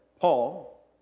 Paul